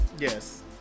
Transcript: yes